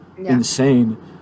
Insane